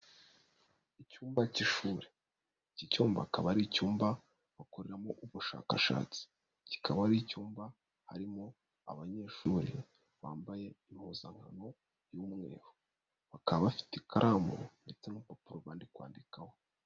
Icyumba cy'ishuri, iki cyumba akaba ari icyumba bakoreramo ubushakashatsi, kikaba ari icyumba harimo abanyeshuri bambaye impuzankano y'umweru, bakaba bafite ikaramu ndetse n'urupapuro bari kwandikaho.